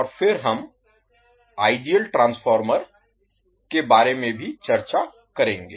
और फिर हम आइडियल ट्रांसफार्मर के बारे में भी चर्चा करेंगे